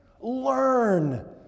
Learn